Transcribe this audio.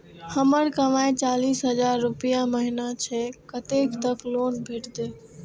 हमर कमाय चालीस हजार रूपया महिना छै कतैक तक लोन भेटते?